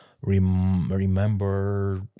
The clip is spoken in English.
remember